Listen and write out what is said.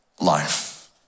life